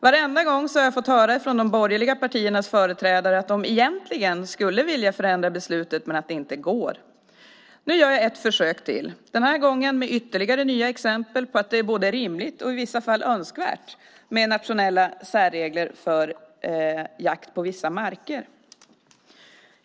Varenda gång har jag från de borgerliga partiernas företrädare fått höra att de egentligen skulle vilja ändra beslutet med att det inte går. Nu gör jag ett försök till, denna gång med ytterligare nya exempel på att det är både rimligt och i vissa fall önskvärt med nationella särregler för jakt på vissa marker.